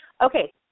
Okay